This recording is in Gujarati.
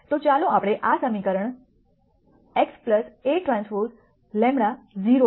તો ચાલો આપણે આ સમીકરણ જોઈએ x Aᵀ 0 છે